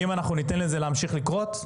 אם ניתן לזה להמשיך לקרות,